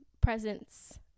presents